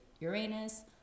Uranus